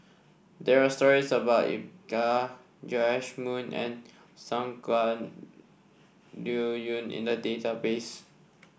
there are stories about Iqbal Joash Moo and Shangguan Liuyun in the database